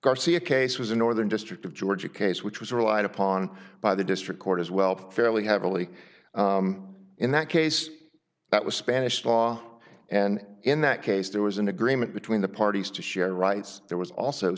garcia case was a northern district of georgia case which was relied upon by the district court as well fairly heavily in that case that was spanish law and in that case there was an agreement between the parties to share rights there was also